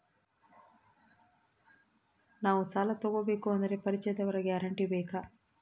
ನಾವು ಸಾಲ ತೋಗಬೇಕು ಅಂದರೆ ಪರಿಚಯದವರ ಗ್ಯಾರಂಟಿ ಬೇಕಾ?